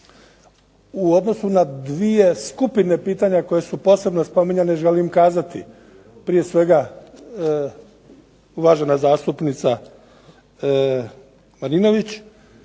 U odnosu na 2 skupine pitanja koje su posebno spominjane želim kazati, prije svega, uvažena zastupnica Marinović,